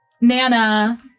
nana